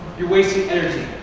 you're wasting energy.